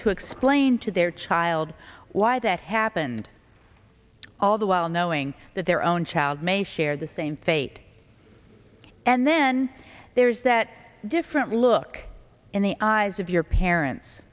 to explain to their child why that had and all the while knowing that their own child may share the same fate and then there's that different look in the eyes of your parents